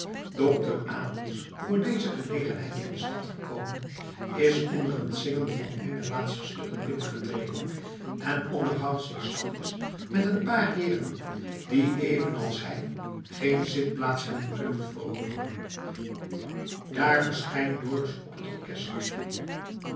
dokter abels voor deze gelegenheid in de stad gekomen is onder t zingen van een der laatste stukken binnengetreden en onderhoudt zich zachtjes met een paar heeren die evenals hij geen zitplaats hebben kunnen veroveren daar verschijnt dorus op het orkest